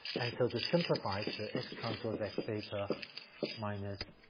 and so this simplifies to x transpose x theta minus